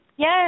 Yes